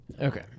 Okay